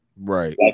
Right